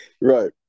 Right